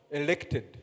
elected